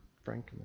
Frank